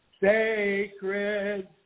sacred